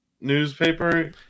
newspaper